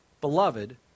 beloved